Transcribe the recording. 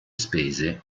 spese